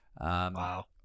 Wow